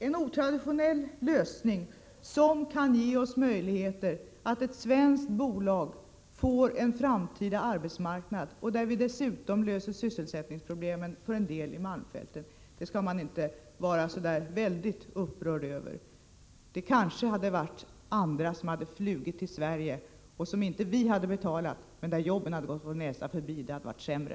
En otraditionell lösning, som innebär att möjligheter skapas för ett svenskt bolag att få en framtida arbetsmarknad och som dessutom innebär att vi kan lösa sysselsättningsproblemen för en del människor i malmfälten, skall man inte vara så där väldigt upprörd över. Det hade ju kunnat vara så, att andra hade fått flyga till Sverige, som vi inte hade behövt betala för. Men då hade — Nr 9 jobben gått vår näsa förbi, och det hade varit sämre.